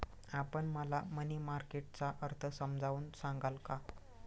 आपण मला money market चा अर्थ समजावून सांगाल का?